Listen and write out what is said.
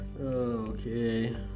Okay